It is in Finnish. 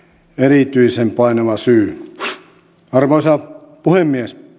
erityisen painava syy arvoisa puhemies